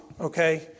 Okay